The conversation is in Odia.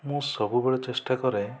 ମୁଁ ସବୁବେଳେ ଚେଷ୍ଟା କରେ